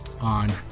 on